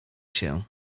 się